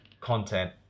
content